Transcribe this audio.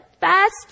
fast